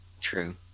true